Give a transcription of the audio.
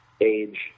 age